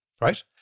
Right